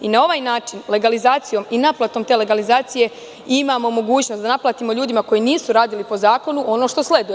Na ovaj način, legalizacijom i naplatom te legalizacije imamo mogućnost da naplatimo ljudima koji nisu radili po zakonu ono što sleduje.